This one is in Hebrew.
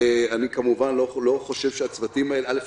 אני כמובן לא חושב שהצוותים האלה א',